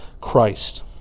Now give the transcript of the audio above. Christ